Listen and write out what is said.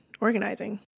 organizing